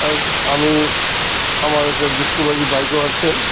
আমি আমার একটা ডিসকোভারি বাইকও আছে